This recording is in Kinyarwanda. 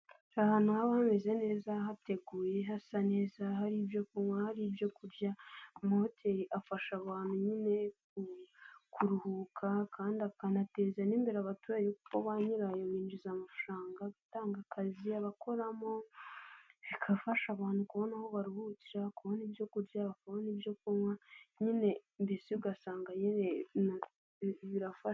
Hari ahantu haba hameze neza hateguye hasa neza hari ibyo kunywa, hari ibyo kurya. Amahoteri afasha abantu nyine kuruhuka kandi akanateza n' imbere abaturage kuko ba nyirayo binjiza amafaranga, gutanga akazi abakoramo, bigafasha abantu kubona aho baruhukira, kubona ibyo kurya, bakabona ibyo kunywa, nyine mbese ugasanga birafasha.